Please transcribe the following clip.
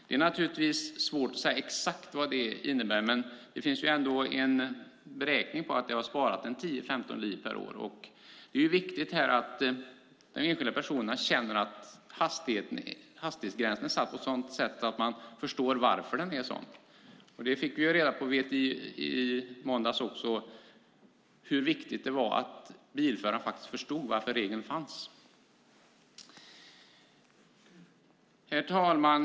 Det är svårt att säga exakt vad det innebär, men det finns en beräkning på att det har sparat 10-15 liv per år. Det är viktigt att enskilda personer känner att hastighetsgränsen är satt på ett sådant sätt att man förstår varför den är sådan. När vi var hos VTI i måndags fick vi också reda på hur viktigt det var att bilföraren faktiskt förstod varför regeln fanns. Herr talman!